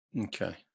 Okay